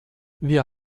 wir